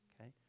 okay